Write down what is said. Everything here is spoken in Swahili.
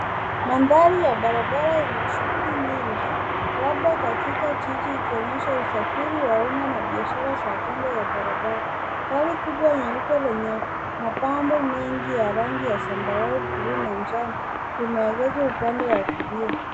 Magari ya barabara yenye shughuli nyingi labda katika jiji chenye usafiri wa umma na biashara za kando ya barabara. Gari kubwa nyeupe lenye mapambo mengi ya rangi ya zambarau bluu na njano imeegezwa upande wa kulia.